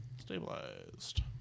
stabilized